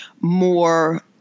more